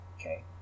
okay